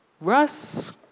Russ